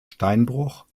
steinbruch